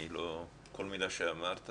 כל מילה שאמרת